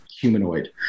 humanoid